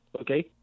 Okay